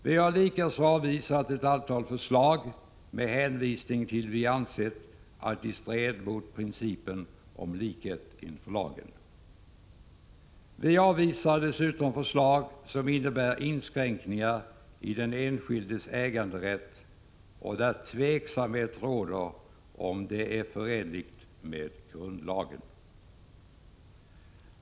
Likaså har vi avvisat ett antal förslag med hänvisning till att vi ansett att de stred mot principen om likhet inför lagen. Vi avvisar dessutom förslag som innebär inskränkningar i den enskildes äganderätt och där det råder tveksamhet huruvida dessa inskränkningar är förenliga med grundlagen.